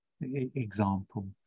example